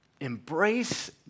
Embrace